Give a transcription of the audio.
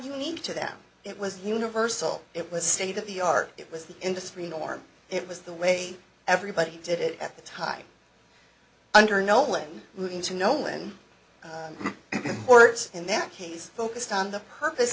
unique to them it was universal it was state of the art it was the industry norm it was the way everybody did it at the time under no link moving to nolan words in that case focused on the purpose